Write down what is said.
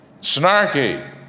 snarky